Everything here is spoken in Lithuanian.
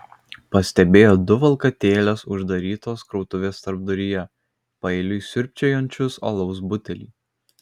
pastebėjo du valkatėles uždarytos krautuvės tarpduryje paeiliui siurbčiojančius alaus butelį